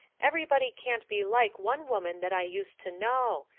everybody can't be like one woman that i used to know.